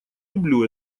люблю